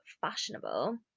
fashionable